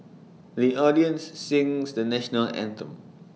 the audience sings the National Anthem